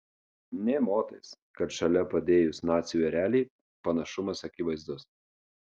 nė motais kad šalia padėjus nacių erelį panašumas akivaizdus